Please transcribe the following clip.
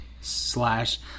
slash